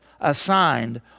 assigned